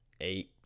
eight